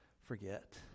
forget